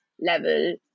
level